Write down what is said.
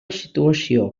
situació